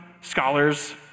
scholars